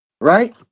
Right